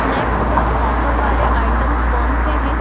snacks पर offer वाले items कौन से हैं